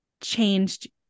changed